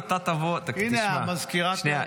הינה, המזכירה שם.